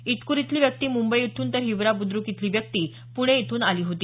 ईटकूर इथली व्यक्ती मुंबई इथून तर हिवरा बुद्रुक इथली व्यक्ती पुणे इथून आली होती